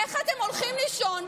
איך אתם הולכים לישון,